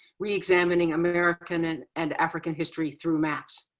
re-examining american and and african history through maps,